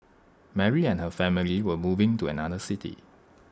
Mary and her family were moving to another city